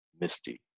misty